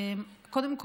קודם כול,